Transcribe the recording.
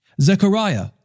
Zechariah